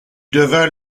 devint